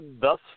thus